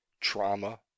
trauma